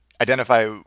identify